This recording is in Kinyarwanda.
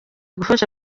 gufasha